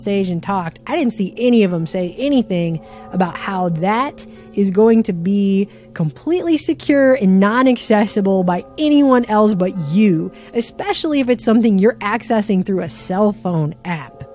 stage and talked i didn't see any of them say anything about how that is going to be completely secure in not accessible by anyone else but you especially if it's something you're accessing through a cell phone a